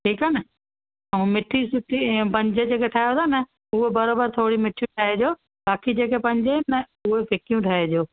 ठीकु आहे न ऐं मीट्ठी सुठी ऐं पंज जेका ठाहियो था न उहो बराबरि थोरी मीट्ठी ठाहिजो बाक़ी जेके पंज आहिनि न उहे फिकियूं ठाहिजो